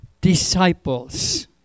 disciples